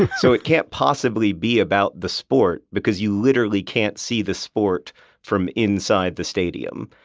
so it can't possibly be about the sport because you literally can't see the sport from inside the stadium.